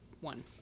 one